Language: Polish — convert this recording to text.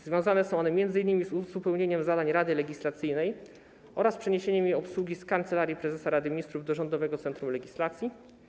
Związane są one m.in. z uzupełnieniem zadań Rady Legislacyjnej oraz przeniesieniem jej obsługi z Kancelarii Prezesa Rady Ministrów do Rządowego Centrum Legislacji.